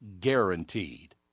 guaranteed